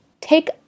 take